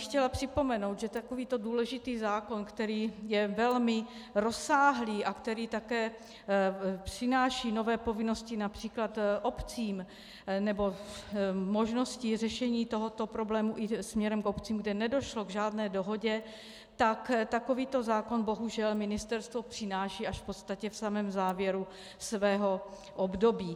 Chtěla bych připomenout, že takovýto důležitý zákon, který je velmi rozsáhlý a který také přináší nové povinnosti například obcím, nebo možnosti řešení tohoto problému i směrem k obcím, kde nedošlo k žádné dohodě, takovýto zákon bohužel ministerstvo přináší v podstatě až v samém závěru svého období.